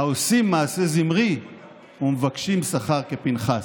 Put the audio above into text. העושים מעשה זמרי ומבקשים שכר כפנחס.